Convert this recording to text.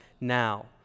now